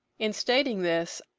in stating this,